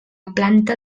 planta